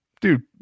dude